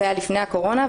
זה היה לפני הקורונה.